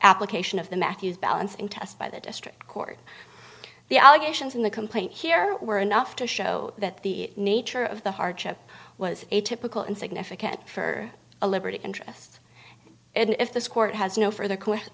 application of the matthews balancing test by the district court the allegations in the complaint here were enough to show that the nature of the hardship was a typical and significant for a liberty interest and if this court has no f